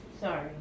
Sorry